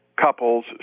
couples